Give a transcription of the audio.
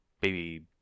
baby